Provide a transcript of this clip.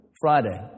Friday